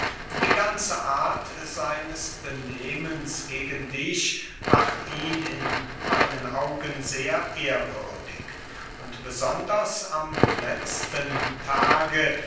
die ganze art seines benehmens gegen dich macht ihn in meinen augen sehr ehrwürdig und besonders am letzten tage